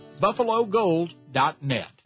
BuffaloGold.net